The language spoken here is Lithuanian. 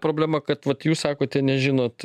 problema kad vat jūs sakote nežinot